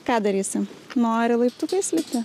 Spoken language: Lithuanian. ką darysi nori laiptukais lipti